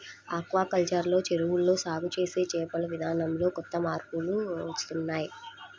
aquaculture లో చెరువుల్లో సాగు చేసే చేపల విధానంతో కొత్త మార్పులు వస్తున్నాయ్